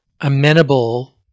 amenable